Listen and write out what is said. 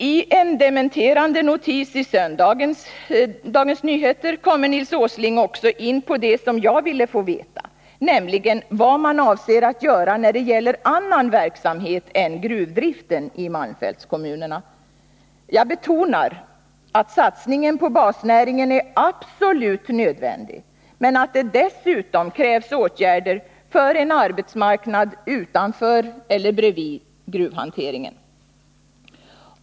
I en dementerande notis i söndagens Dagens Nyheter kommer Nils Åsling också in på det som jag ville få veta, nämligen vad man avser att göra när det gäller annan verksamhet än gruvdriften i malmfältskommunerna. Jag betonar att satsningen på basnäringen är absolut nödvändig, men att det dessutom krävs åtgärder för en arbetsmarknad utanför — eller bredvid — gruvhanteringen.